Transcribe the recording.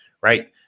right